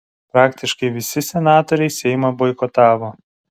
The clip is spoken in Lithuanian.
praktiškai visi senatoriai seimą boikotavo